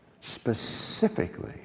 specifically